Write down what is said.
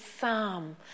Psalm